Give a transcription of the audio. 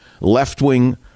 Left-wing